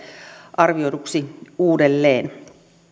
arvioiduksi uudelleen